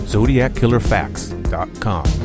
ZodiacKillerFacts.com